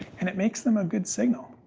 and it makes them a good signal.